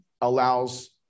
allows